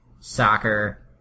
soccer